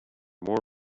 more